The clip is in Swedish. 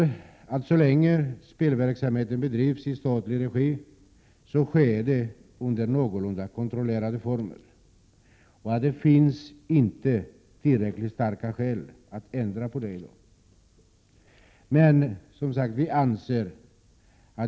Så länge spelverksamheten bedrivs i statlig regi sker verksamheten under någorlunda kontrollerade former. Det finns inte tillräckligt starka skäl att ändra på dessa förhållanden i dag.